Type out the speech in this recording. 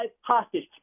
hostage